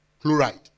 chloride